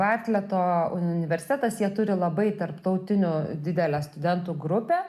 bartleto universitetas jie turi labai tarptautinių didelę studentų grupę